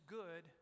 good